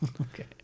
Okay